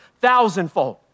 thousandfold